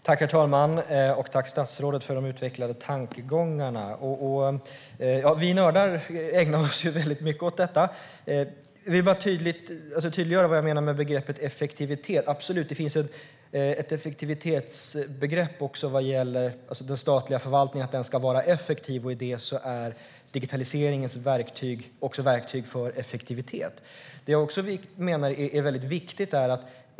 Herr talman! Jag tackar statsrådet för de utvecklade tankegångarna. Vi nördar ägnar oss mycket åt detta. Jag vill tydliggöra vad jag menar med begreppet effektivitet, för det finns absolut ett sådant begrepp. Den statliga förvaltningen ska vara effektiv, och där är digitaliseringen ett verktyg.